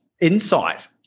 insight